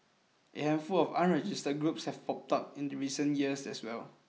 a handful of other unregistered groups have popped up in the recent years as well